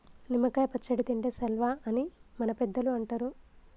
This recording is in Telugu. నిమ్మ కాయ పచ్చడి తింటే సల్వా అని మన పెద్దలు అంటరు